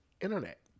internet